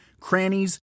crannies